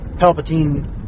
Palpatine